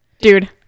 Dude